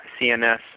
CNS